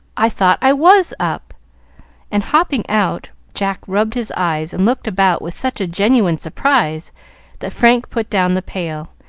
i thought i was up and, hopping out, jack rubbed his eyes and looked about with such a genuine surprise that frank put down the pail,